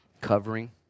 covering